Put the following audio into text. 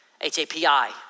H-A-P-I